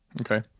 Okay